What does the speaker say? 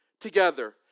together